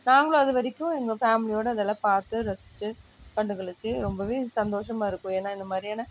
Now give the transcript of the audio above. நாங்களும் அது வரைக்கும் எங்க ஃபேமிலியோடு அதெல்லாம் பார்த்து ரசிச்சு கண்டு கழிச்சு ரொம்பவே சந்தோஷமாக இருக்கும் ஏனால் இந்த மாதிரியான